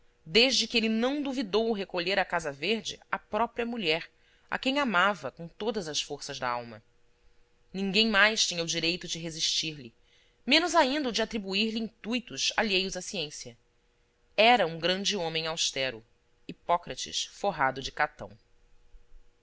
desde que ele não duvidou recolher à casa verde a própria mulher a quem amava com todas as forças da alma ninguém mais tinha o direito de resistir lhemenos ainda o de atribuir lhe intuitos alheios à ciência era um grande homem austero hipócrates forrado de catão